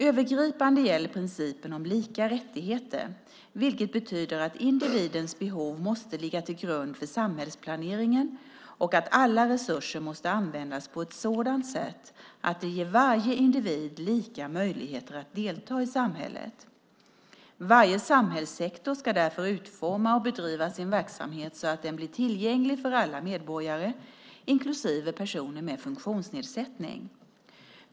Övergripande gäller principen om lika rättigheter, vilket betyder att individens behov måste ligga till grund för samhällsplaneringen och att alla resurser måste användas på ett sådant sätt att det ger varje individ lika möjligheter att delta i samhället. Varje samhällssektor ska därför utforma och bedriva sin verksamhet så att den blir tillgänglig för alla medborgare, inklusive personer med funktionsnedsättning.